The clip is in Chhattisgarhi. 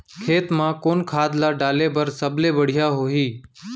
खेत म कोन खाद ला डाले बर सबले बढ़िया होही?